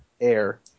air